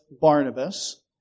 Barnabas